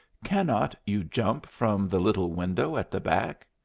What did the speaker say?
cannot you jump from the little window at the back?